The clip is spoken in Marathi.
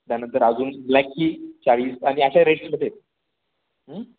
त्यानंतर अजून ब्लॅकची चाळीस आणि अशा रेट्समध्ये आहेत